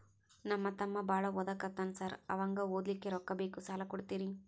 ನಮ್ಮ ತಮ್ಮ ಬಾಳ ಓದಾಕತ್ತನ ಸಾರ್ ಅವಂಗ ಓದ್ಲಿಕ್ಕೆ ರೊಕ್ಕ ಬೇಕು ಸಾಲ ಕೊಡ್ತೇರಿ?